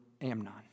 Amnon